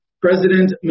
President